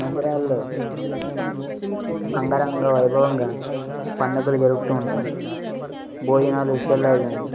మందిరాలలో అంగరంగ వైభవంగా పండగలు జరుపుతు ఉంటారు భోజనాల విషయాలలో కానీ